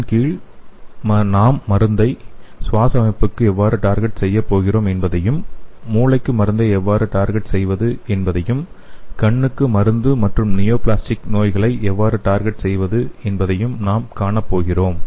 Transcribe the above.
இதன் கீழ் நாம் இந்த மருந்தை சுவாச அமைப்புக்கு எவ்வாறு டார்கெட் செய்ய போகிறோம் என்பதையும் மூளைக்கு மருந்தை எவ்வாறு டார்கெட் செய்வது என்பதையும் கண்ணுக்கு மருந்து மற்றும் நியோபிளாஸ்டிக் நோய்களை எவ்வாறு டார்கெட் செய்வது என்பதையும் நாம் காணப்போகிறோம்